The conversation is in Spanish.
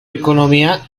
economía